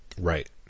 right